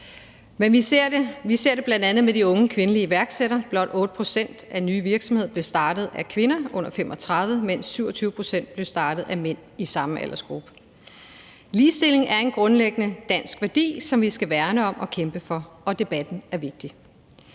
Vi ser det bl.a. med de unge kvindelige iværksættere: Blot 8 pct. af nye virksomheder bliver startet af kvinder under 35, mens 27 pct. bliver startet af mænd i samme aldersgruppe. Ligestilling er en grundlæggende dansk værdi, som vi skal værne om og kæmpe for, og debatten er vigtig.